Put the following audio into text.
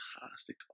fantastic